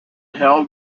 held